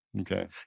Okay